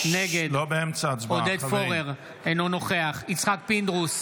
נגד עודד פורר, אינו נוכח יצחק פינדרוס,